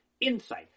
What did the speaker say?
insight